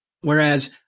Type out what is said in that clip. Whereas